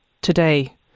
today